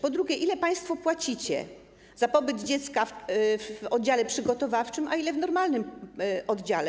Po drugie, ile państwo płacicie za pobyt dziecka w oddziale przygotowawczym, a ile w normalnym oddziale?